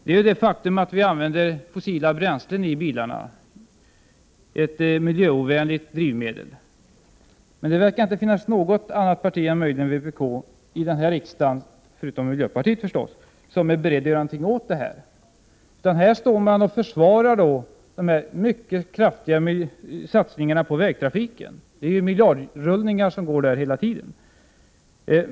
Det är ett faktum att vi använder fossila bränslen i bilarna, ett miljöovänligt drivmedel. Men det verkar inte finnas något annat parti än möjligen vpk — förutom miljöpartiet, förstås — i denna riksdag som är berett att göra något åt detta. Här försvaras de mycket kraftiga satsningarna på vägtrafiken. Det handlar om miljardrullningar hela tiden.